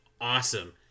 awesome